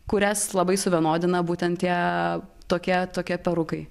kurias labai suvienodina būtent tie tokie tokie perukai